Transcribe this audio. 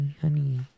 honey